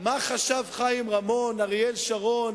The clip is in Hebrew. מה חשבו חיים רמון, אריאל שרון,